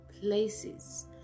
places